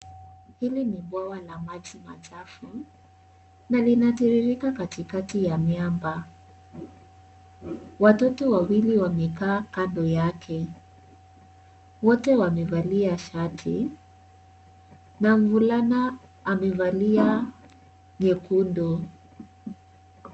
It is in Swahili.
Hili ni bwawa la maji machafu na linatiririka katikati ya miamba. Watoto wawili wamekaa kando yake. Wote wamevalia shati na mvulana amevalia nyekundu.